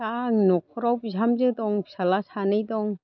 दा न'खराव बिहामजो दं फिसाज्ला सानै दं